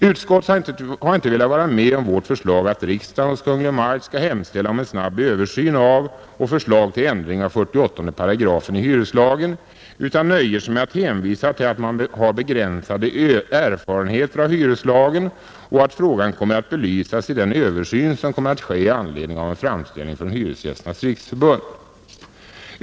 Utskottet har inte velat vara med om vårt förslag att riksdagen hos Kungl. Maj:t skall hemställa om en snabb översyn av och förslag till ändring av 48 § i hyreslagen utan nöjer sig med att hänvisa till att man har begränsade erfarenheter av hyreslagen och att frågan kommer att belysas i den översyn som skall ske med anledning av en framställning från Hyresgästernas riksförbund.